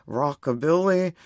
rockabilly